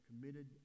committed